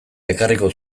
ekarriko